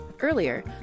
Earlier